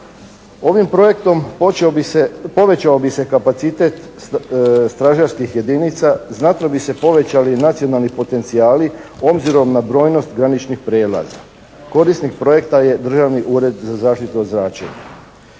Ovim projektom povećao bi se kapacitet stražarskih jedinica, znatno bi se povećali nacionalni potencijali obzirom na brojnost graničnih prijelaza. Korisnik projekta je Državni ured za zaštitu od zračenja.